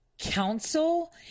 council